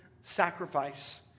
sacrifice